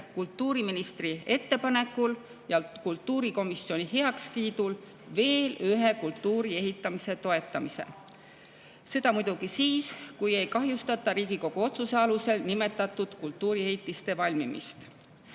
kultuuriministri ettepanekul ja kultuurikomisjoni heakskiidul veel ühe kultuuriehitise toetamise üle. Seda muidugi siis, kui ei [ohustata] Riigikogu otsuses nimetatud kultuuriehitiste valmimist.